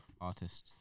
Artists